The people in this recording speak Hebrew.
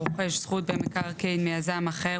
הרוכש זכות במקרקעין מיזם אחר,